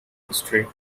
history